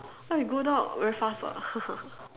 I go down very fast [what]